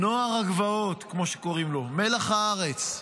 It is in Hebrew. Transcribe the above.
נוער הגבעות, כמו שקוראים לו, מלח הארץ.